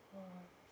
um